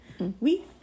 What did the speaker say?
Oui